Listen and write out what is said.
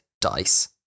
dice